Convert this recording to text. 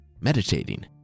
meditating